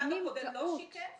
הצו הקודם לא שיקף.